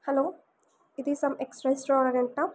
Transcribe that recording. hello ఇది some X రెస్టారెంటా